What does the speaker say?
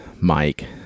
mike